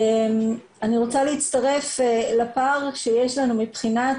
אני רוצה להצטרף לפער שיש לנו מבחינת